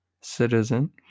citizen